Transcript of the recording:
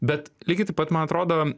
bet lygiai taip pat man atrodo